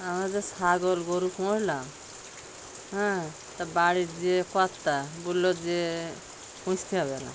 আমাদের ছাগল গোরু হ্যাঁ তা বাড়ির যে কর্তা বলল যে পুষতে হবে না